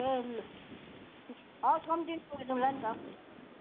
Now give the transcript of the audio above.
ए लु हवस् कम्ती नै गरिदिउँला नि त